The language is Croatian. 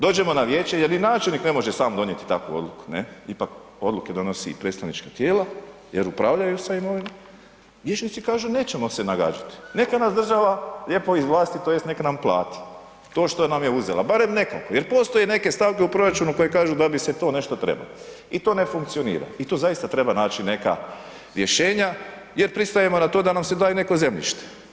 Dođemo na vijeće jer i načelnici ne može sam donijeti takvu odluku, ne, ipak odluke donosi predstavničko tijelo jer upravljaju sa imovinom, vijećnici kažu nećemo se nagađati, neka nas država lijepo izvlasti tj. neka nam plati to što nam je uzela, barem nekoliko jer postoje neke stavke u proračunu koje kažu da bi se to nešto trebalo i to ne funkcionira i tu zaista treba naći neka rješenja jer pristajem na to da nam se da neko zemljište.